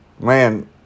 man